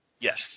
Yes